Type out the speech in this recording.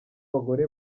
abagore